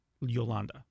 Yolanda